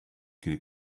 could